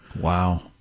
Wow